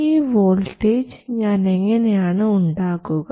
ഈ വോൾട്ടേജ് ഞാൻ എങ്ങനെയാണ് ഉണ്ടാക്കുക